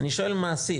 אני שואל מעשית,